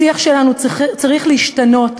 השיח שלנו צריך להשתנות.